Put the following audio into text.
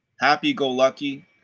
happy-go-lucky